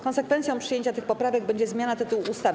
Konsekwencją przyjęcia tych poprawek będzie zmiana tytułu ustawy.